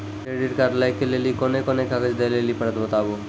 Credit card लै के लेली कोने कोने कागज दे लेली पड़त बताबू?